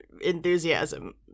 enthusiasm